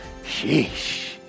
sheesh